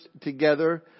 together